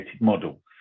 model